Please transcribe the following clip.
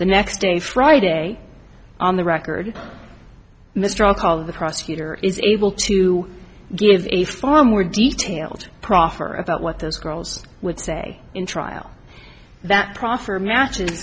the next day friday on the record mr all called the prosecutor is able to give a far more detailed proffer about what those girls would say in trial that proffer matches